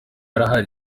arahari